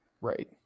Right